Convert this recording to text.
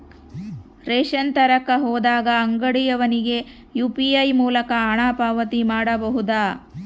Ration ತರಕ ಹೋದಾಗ ಅಂಗಡಿಯವನಿಗೆ ಯು.ಪಿ.ಐ ಮೂಲಕ ಹಣ ಪಾವತಿ ಮಾಡಬಹುದಾ?